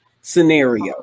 scenario